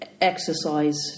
exercise